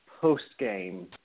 post-game